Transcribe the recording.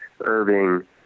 Irving